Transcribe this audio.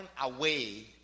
away